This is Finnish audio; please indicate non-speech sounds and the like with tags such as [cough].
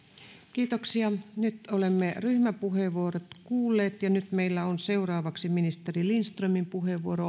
kiitoksia nyt olemme ryhmäpuheenvuorot kuulleet ja nyt meillä on seuraavaksi ministeri lindströmin puheenvuoro [unintelligible]